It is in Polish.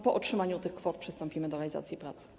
Po otrzymaniu tych kwot przystąpimy do realizacji prac.